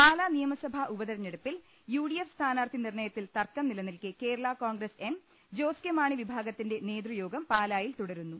പാലാ നിയമസഭാ ഉപതെരഞ്ഞെടുപ്പിൽ UDF സ്ഥാനാർത്ഥി നിർണയത്തിൽ തർക്കം നിലനിൽക്കെ കേരളാ കോൺഗ്രസ് എം ജോസ് കെ മാണി വിഭാഗത്തിന്റെ നേതൃയോഗം പാലായിൽ തുടരുന്നു